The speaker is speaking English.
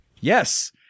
Yes